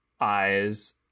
eyes